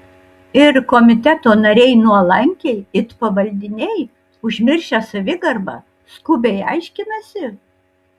ir komiteto nariai nuolankiai it pavaldiniai užmiršę savigarbą skubiai aiškinasi